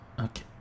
Okay